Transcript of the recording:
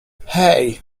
hey